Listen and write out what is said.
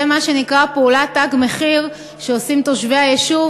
זה מה שנקרא פעולת "תג מחיר" שעושים תושבי היישוב